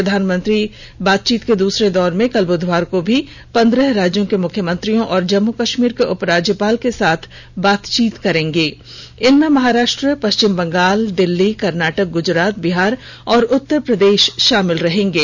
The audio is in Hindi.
प्रधानमंत्री बातचीत के दूसरे दौर में कल बुधवार को भी पंद्रह राज्यों के मुख्यमंत्रियों और जम्मू कश्मीर के उपराज्यपाल के साथ बातचीत करेंगे इनमें महाराष्ट्र पश्चिम बंगाल दिल्ली कर्नाटक गुजरात बिहार और उत्तर प्रदेश शामिल रहेंगे